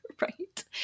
right